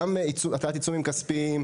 פליליות וגם בהטלת עיצומים כספיים.